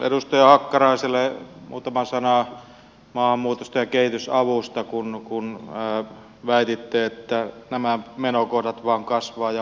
edustaja hakkaraiselle muutama sana maahanmuutosta ja kehitysavusta kun väititte että nämä menokohdat vain kasvavat ja paisuvat